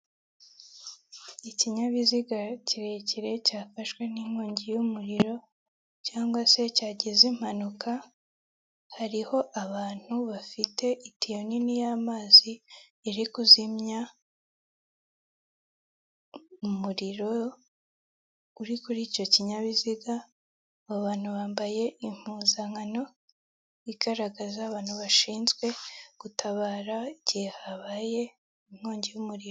Ikinyabiziga kirekire cyafashwe n'inkongi y'umuriro cg se cyagize impanuka hariho abantu bafite itiyo nini y'amazi iri kuzimya umuriro uri kuri icyo kinyabiziga abantu bambaye impuzankano igaragaza abantu bashinzwe gutabara igihe habaye inkongi y'umuriro.